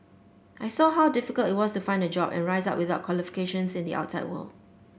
I saw how difficult it was to find a job and rise up without qualifications in the outside world